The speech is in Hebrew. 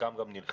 וחלקם גם נלחמו,